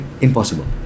Impossible